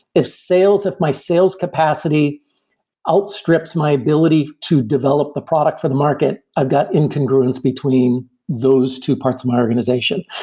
if sales, if my sales capacity outstrips my ability to develop a product for the market, i've got incongruence between those two parts of my organization.